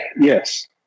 Yes